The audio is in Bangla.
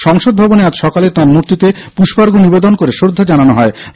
সংসদভবনে আজ সকালে তাঁর মূর্তিতে পুষ্পার্ঘ্য নিবেদন করে শ্রদ্ধা জানানো হবে